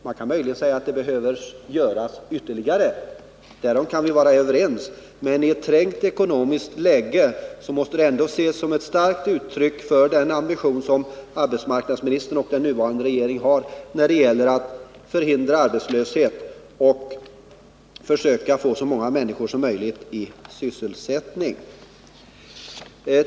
Man kan möjligen säga att det behöver göras ännu mer, och därom kan vi vara överens, men ii ett trängt ekonomiskt läge måste de ändå ses som ett starkt uttryck för den ambition som arbetsmarknadsministern och den nuvarande regeringen har när det gäller att förhindra arbetslöshet och att försöka få så många människor som möjligt i arbete.